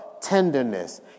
tenderness